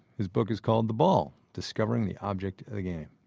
his book is called the ball discovering the object of the game.